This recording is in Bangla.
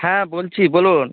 হ্যাঁ বলছি বলুন